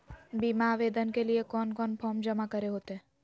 बीमा आवेदन के लिए कोन कोन फॉर्म जमा करें होते